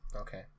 okay